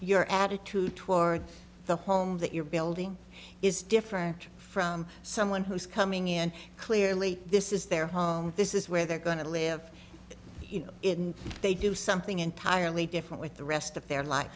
your attitude toward the home that you're building is different from someone who's coming in clearly this is their home this is where they're going to live if they do something entirely different with the rest of their life